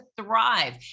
thrive